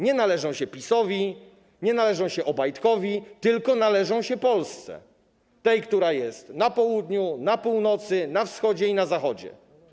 Nie należą się PiS, nie należą się Obajtkowi, tylko należą się Polsce, tej, która jest na południu, na północy, na wschodzie i na zachodzie.